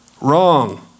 Wrong